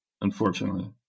Unfortunately